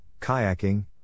kayaking